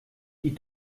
die